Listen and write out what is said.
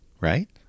right